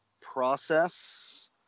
process